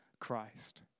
Christ